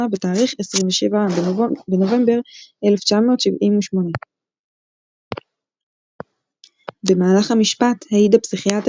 בתאריך 27 בנובמבר 1978. במהלך המשפט העיד הפסיכיאטר